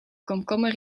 komkommer